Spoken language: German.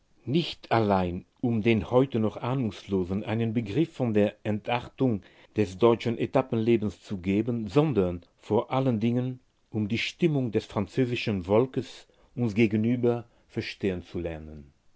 nicht allein um den heute noch ahnungslosen einen begriff von der entartung des deutschen etappenlebens zu geben sondern vor allen dingen um die stimmung des französischen volkes uns gegenüber verstehen zu lernen